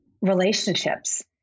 relationships